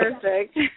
perfect